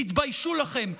תתביישו לכם.